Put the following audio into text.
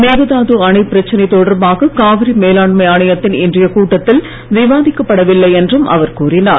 மேகதாது அணை பிரச்சனை தொடர்பாக காவிரி மேலாண்மை ஆணையத்தின் இன்றைய கூட்டத்தில் விவாதிக்கப்படவில்லை என்றும் அவர் கூறினார்